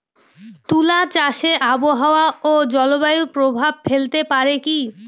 তুলা চাষে আবহাওয়া ও জলবায়ু প্রভাব ফেলতে পারে কি?